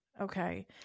Okay